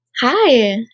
hi